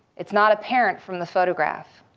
it's not apparent from the photograph.